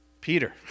Peter